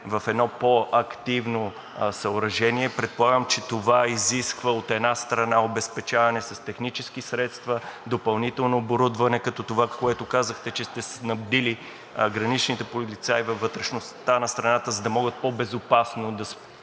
едно по-активно съоръжение – предполагам, че това изисква, от една страна, обезпечаване с технически средства, допълнително оборудване като това, с което казахте, че сте снабдили граничните полицаи във вътрешността на страната, за да могат по-безопасно да спират